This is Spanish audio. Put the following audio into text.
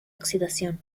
oxidación